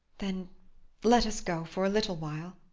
then let us go, for a little while.